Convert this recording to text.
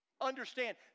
Understand